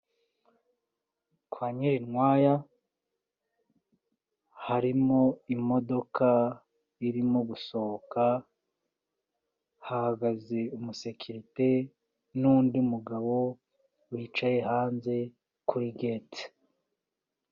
Kwa Nyirinkwaya harimo imodoka irimo gusohoka, hahagaze umusekirite n'undi mugabo wicaye hanze kuri geti.